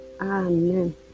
Amen